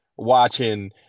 watching